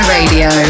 Radio